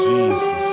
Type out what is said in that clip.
Jesus